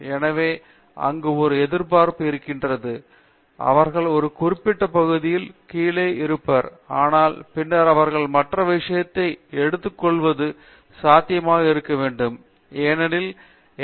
எனவே அங்கு ஒரு எதிர்பார்ப்பு இருக்கிறது அவர்கள் சில குறிப்பிட்ட பகுதியில் கீழே இருப்பர் ஆனால் பின்னர் அவர்கள் மற்ற விஷயத்தை எடுத்து கொள்வது சாத்தியம் இருக்க வேண்டும் ஏனெனில் எம்